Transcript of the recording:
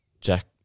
Jack